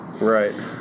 Right